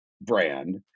brand